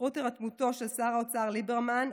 בזכות הירתמותו של שר האוצר ליברמן,